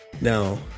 now